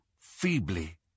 feebly